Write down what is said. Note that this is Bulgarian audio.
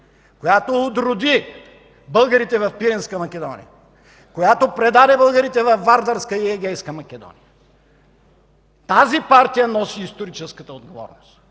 която отроди българите в Пиринска Македония, която предаде българите във Вардарска и Егейска Македония. Тази партия носи историческата отговорност